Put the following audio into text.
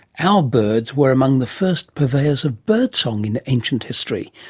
our birds were among the first purveyors of birdsong in ancient history,